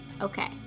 Okay